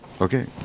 Okay